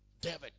David